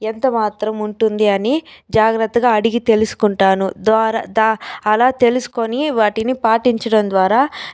ఎంతమాత్రం ఉంటుంది అని జాగ్రత్తగా అడిగి తెలుసుకుంటాను అలా తెలుసుకొని వాటిని పాటించడం ద్వారా